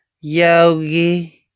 yogi